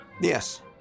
Yes